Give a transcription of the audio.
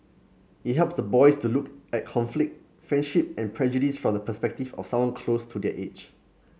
it helps the boys to look at conflict friendship and prejudice from the perspective of someone close to their age